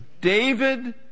David